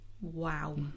Wow